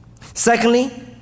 Secondly